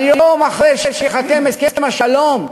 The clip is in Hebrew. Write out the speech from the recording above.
אבל יום אחרי שייחתם הסכם השלום,